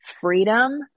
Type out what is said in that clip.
freedom